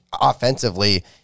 offensively